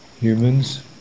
humans